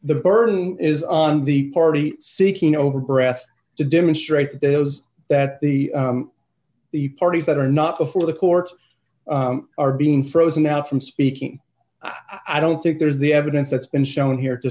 the burden is on the party seeking no breath to demonstrate that there was that the the parties that are not before the court are being frozen out from speaking i don't think there's the evidence that's been shown here to